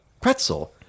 pretzel